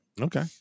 Okay